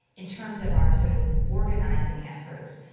in terms of our, sort of, organizing efforts,